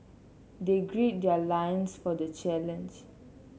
they grid their loins for the challenge